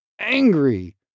angry